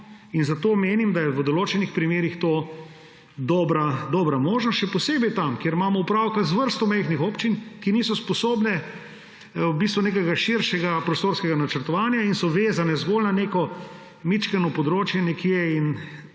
Zato menim, da je v določenih primerih to dobra možnost, še posebej tam, kje imamo opravka z vrsto majhnih občin, ki niso sposobne nekega širšega prostorskega načrtovanja in so vezane zgolj na neko majčkeno področje nekje.